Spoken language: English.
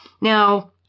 Now